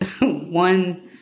one